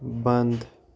بنٛد